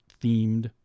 themed